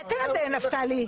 תן את זה לנפתלי.